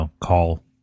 call